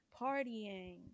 partying